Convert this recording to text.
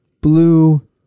blue